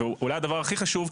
ואולי הדבר הכי חשוב,